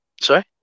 sorry